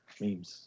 memes